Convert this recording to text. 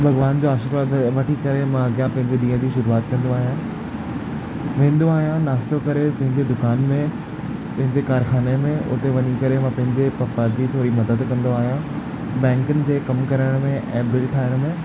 भॻवान जो आशीर्वाद वठी करे मां अॻिया पंहिंजे ॾींहं जी शुरूआत कंदो आहियां वेंदो आहियां नाश्तो करे पंहिंजे दुकान में पंहिंजे कारखाने में हुते वञी करे मां पंहिंजे पपा जी थोरी मददु कंदो आहियां बैंकुनि जे कमु करण में ऐं बिल ठाहिण में